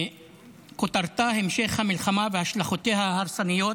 כותרתה: המשך המלחמה והשלכותיה ההרסניות